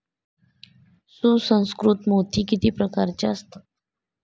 सुसंस्कृत मोती किती प्रकारचे असतात?